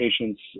patients